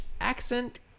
accent